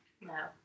No